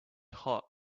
hot